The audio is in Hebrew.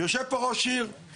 יושב פה ראש עיר.